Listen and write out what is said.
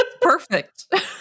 Perfect